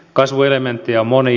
kasvuelementtejä on monia